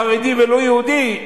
חרדי ולא-יהודי,